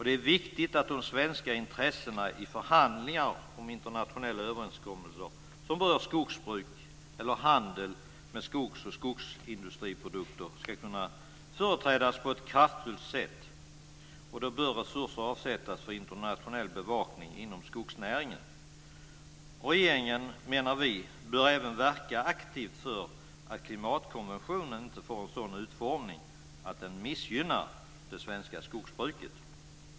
Det är viktigt att de svenska intressena i förhandlingar om internationella överenskommelser som berör skogsbruk eller handel med skogs och skogsindustriprodukter kan företrädas på ett kraftfullt sätt. Därför bör resurser avsättas för internationell bevakning inom skogsnäringen. Vi menar att regeringen även bör verka aktivt för att klimatkonventionen inte får en sådan utformning att den missgynnar det svenska skogsbruket.